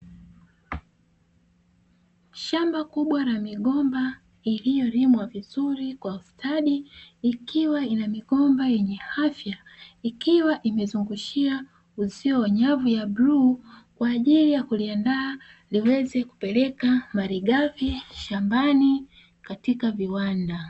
Shamba kubwa la migomba iliyolimwa vizuri kwa ustadi ikiwa ina migomba yenye afya, ikiwa imezungushiwa uzio wa nyavu ya bluu kwaajili ya kuliandaa liweze kupeleka malighafi shambani katika viwanda.